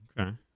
Okay